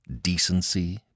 decency